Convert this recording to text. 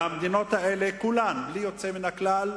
והמדינות האלה כולן, בלי יוצא מן הכלל,